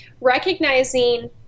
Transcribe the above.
recognizing